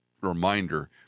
reminder